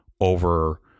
over